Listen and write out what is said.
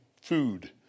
food